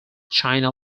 china